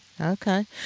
Okay